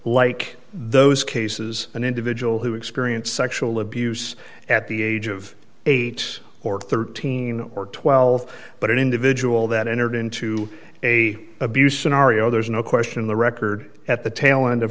like those cases an individual who experienced sexual abuse at the age of eight or thirteen or twelve but an individual that entered into a abuse scenario there is no question the record at the tail end of